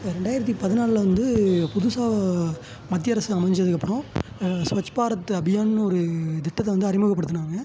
ரெண்டாயிரத்தி பதினாலில் வந்து புதுசா மத்திய அரசு அமைஞ்சதுக்கப்பறம் ஸ்வச் பாரத் அபியான்னு ஒரு திட்டத்தை வந்து அறிமுகப்படுத்தினாங்க